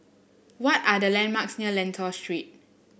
why are the landmarks near Lentor Street